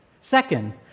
Second